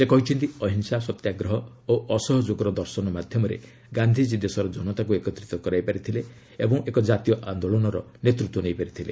ସେ କହିଛନ୍ତି ଅହିଂସା ସତ୍ୟାଗ୍ରହ ଓ ଅସହଯୋଗର ଦର୍ଶନ ମାଧ୍ୟମରେ ଗାନ୍ଧୀଜୀ ଦେଶର ଜନତାକୁ ଏକତ୍ରିତ କରିପାରିଥିଲେ ଓ ଏକ ଜାତୀୟ ଆନ୍ଦୋଳନର ନେତୃତ୍ୱ ନେଇପାରିଥିଲେ